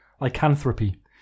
Lycanthropy